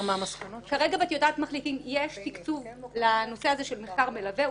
כרגע בטיוטת מחליטים יש תקצוב לנושא של מחקר מלווה.